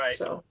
Right